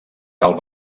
tal